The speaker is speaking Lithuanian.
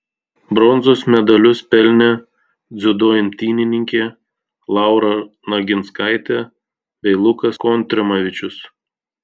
bronzos medalius pelnė dziudo imtynininkė laura naginskaitė bei lukas kontrimavičius